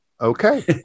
okay